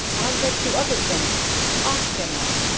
i'll get you other things oftener.